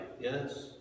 yes